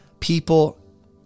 people